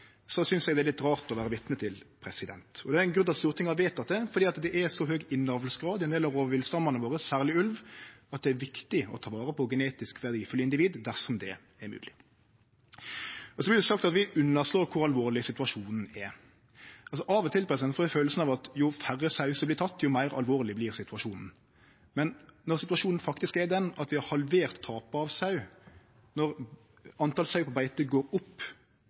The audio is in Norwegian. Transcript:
synest eg det er litt rart å vere vitne til. Det er ein grunn til at Stortinget har vedteke det, det er så høg grad av innavl i ein del av rovdyrstammane våre, særleg for ulv, at det er viktig å ta vare på genetisk verdifulle individ dersom det er mogleg. Så vert det sagt at vi underslår kor alvorleg situasjonen er. Av og til får eg følelsen av at jo færre sauer som vert tekne, jo meir alvorleg vert situasjonen. Men når situasjonen faktisk er at vi har halvert tapet av sau, når talet på sauer på beite går opp